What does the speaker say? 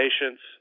patients